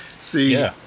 see